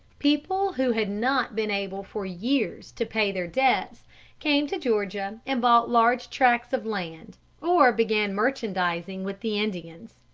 people who had not been able for years to pay their debts came to georgia and bought large tracts of land or began merchandising with the indians.